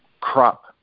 crop